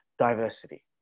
diversity